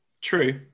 True